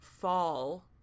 fall